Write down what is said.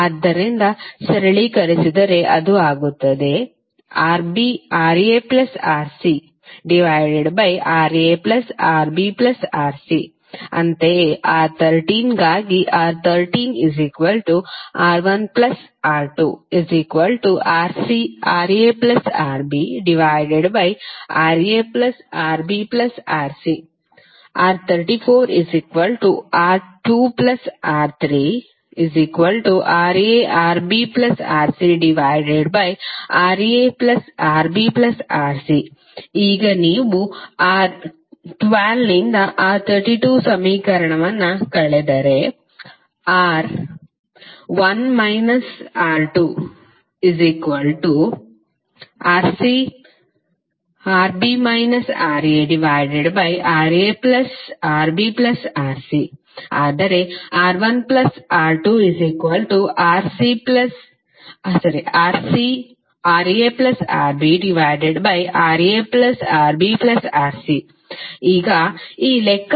ಆದ್ದರಿಂದ ಸರಳೀಕರಿಸಿದರೆ ಅದು ಆಗುತ್ತದೆ RbRaRcRaRbRc ಅಂತೆಯೇR13 ಗಾಗಿ R13R1R2RcRaRbRaRbRc R34R2R3RaRbRcRaRbRc ಈಗ ನೀವು R12 ನಿಂದ R32ಸಮೀಕರಣವನ್ನು ಕಳೆದರೆ R1 R2RcRb RaRaRbRc ಆದರೆ R1R2RcRaRbRaRbRc ಮತ್ತು ಈಗ ಲೆಕ್ಕ ಹಾಕಿದ ಮುಂದಿನದುR1 R2